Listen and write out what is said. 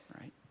Right